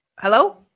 Hello